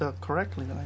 correctly